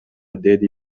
деди